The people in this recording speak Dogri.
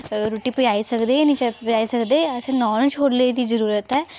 रुट्टी पजाई सकदे निं पजाई सकदेअसेंगी नान होर छोल्लें दी जरूरत ऐ